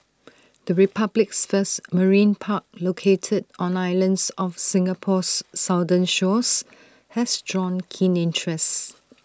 the republic's first marine park located on islands off Singapore's southern shores has drawn keen interest